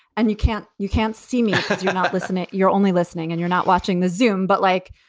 and you can't you can't see me. you're not listening. you're only listening and you're not watching the zoom. but like,